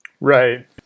Right